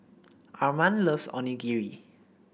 Armand loves Onigiri